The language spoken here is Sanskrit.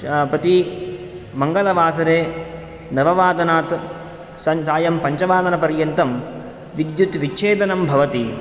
प्र प्रति मङ्गलवासरे नववादनात् सं सायं पञ्चवादनपर्यन्तं विद्युत् विच्छेदनं भवति